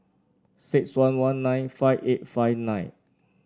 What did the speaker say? six one one nine five eight five nine